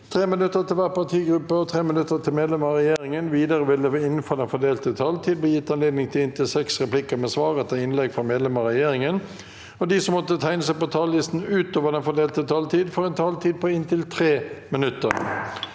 5 minutter til hver partigruppe og 5 minutter til medlemmer av regjeringen. Videre vil det – innenfor den fordelte taletid – bli gitt anledning til inntil sju replikker med svar etter innlegg fra medlemmer av regjeringen. De som måtte tegne seg på talerlisten utover den fordelte taletid, får en taletid på inntil 3 minutter.